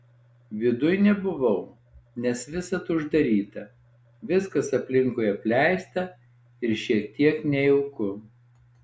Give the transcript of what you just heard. viduj nebuvau nes visad uždaryta viskas aplinkui apleista ir šiek tiek nejauku